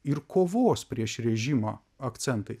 ir kovos prieš režimą akcentai